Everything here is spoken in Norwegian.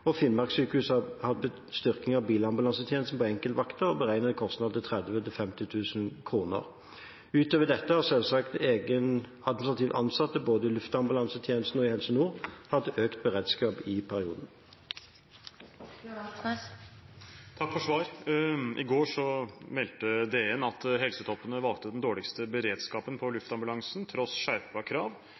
har hatt en styrking av bilambulansetjenesten på enkeltvakter. Beregnet kostnad er 30 000–50 000 kr. Utover dette har selvfølgelig egne administrativt ansatte, både i Luftambulansetjenesten og i Helse Nord, hatt økt beredskap i perioden. Takk for svaret. I går meldte Dagens Næringsliv at helsetoppene valgte den dårligste beredskapen for luftambulansen tross skjerpede krav,